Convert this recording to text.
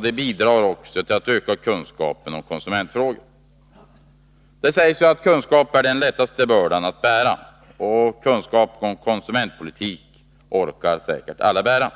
Därmed bidrar man också till att öka kunskapen om konsumentfrågorna. Det sägs att kunskap är den lättaste bördan, och kunskap om konsumentpolitik orkar säkert alla bära.